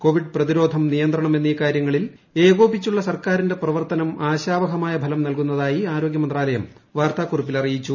Covid പ്രതിരോധം നിയന്ത്രണം എന്നീ കാര്യങ്ങളിൽ ഏകോപിപ്പിച്ചുള്ള സർക്കാരിന്റെ പ്രവർത്തനം ആശാവഹമായ ഫലം നൽകുന്നതായി ആരോഗൃമന്ത്രാലയം വാർത്താക്കുറിപ്പിൽ അറിയിച്ചു